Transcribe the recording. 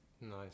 Nice